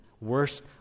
worst